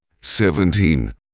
seventeen